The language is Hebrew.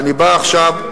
אדוני השר,